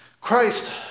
Christ